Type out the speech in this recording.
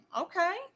Okay